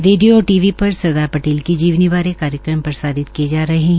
radio और T V पर सरदार पटेल की जीवनी बारे कार्यक्रम प्रसारित किए जा रहे है